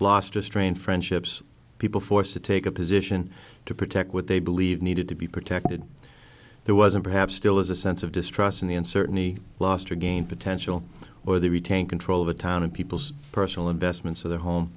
last a strained friendships people forced to take a position to protect what they believe needed to be protected there wasn't perhaps still is a sense of distrust in the end certainly lost or gained potential or they retain control of the town and people's personal investments of their home